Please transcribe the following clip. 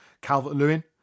Calvert-Lewin